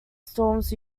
storms